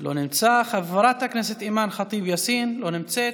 לא נמצא, חברת הכנסת אימאן ח'טיב יאסין, לא נמצאת.